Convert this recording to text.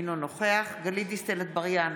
אינו נוכח גלית דיסטל אטבריאן,